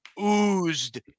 oozed –